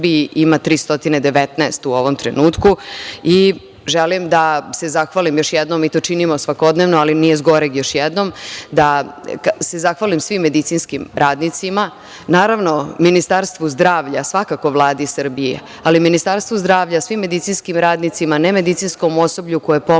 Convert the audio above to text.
ima 319 u ovom trenutku. Želim da se zahvalim još jednom i to činimo svakodnevno, ali nije zgoreg još jednom, da se zahvalim svim medicinskim radnicima, naravno, Ministarstvu zdravlja, svakako Vladi Srbije, ali Ministarstvu zdravlja, svim medicinskim radnicima, nemedicinskom osoblju koje pomaže